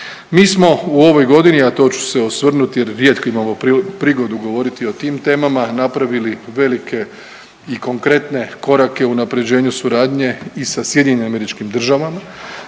Mi smo u ovoj godini, a to ću se osvrnuti jer rijetko imam prigodu govoriti o tim temama, napravili velike i konkretne korake u unaprjeđenju suradnje i sa SAD-om, to treba kazati,